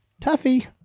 Tuffy